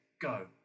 go